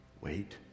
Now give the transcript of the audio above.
wait